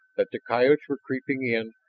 that the coyotes were creeping in,